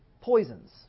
poisons